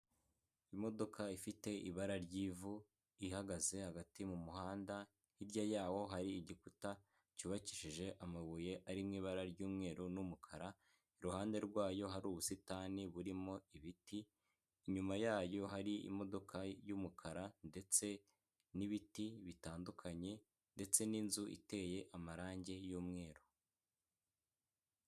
Imodoka ifite ibara ry'ivu ihagaze hagati mu muhanda hirya yawo hari igikuta cyubakishije amabuye ari mu ibara ry'umweru n'umukara, iruhande rwayo hari ubusitani burimo ibiti inyuma yayo hari imodoka y'umukara ndetse n'ibiti bitandukanye ndetse n'inzu iteye amarangi y'umweru.